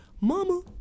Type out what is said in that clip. Mama